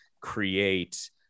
create